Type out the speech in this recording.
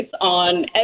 on